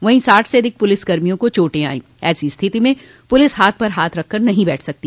वहीं साठ से अधिक पुलिसकर्मियों को चोटें आयीं ऐसी स्थिति में पुलिस हाथ पर हाथ रखकर नहीं बैठ सकती